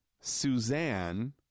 Suzanne